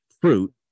fruit